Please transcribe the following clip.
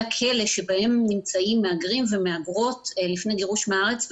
הכלא שבהם נמצאים מהגרים ומהגרות לפני גירוש מהארץ,